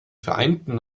vereinten